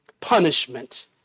punishment